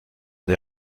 des